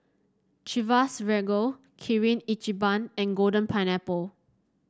Chivas Regal Kirin Ichiban and Golden Pineapple